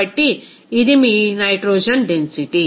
కాబట్టి ఇది మీ నైట్రోజన్ డెన్సిటీ